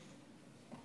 ביני